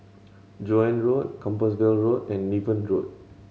Joan Road Compassvale Road and Niven Road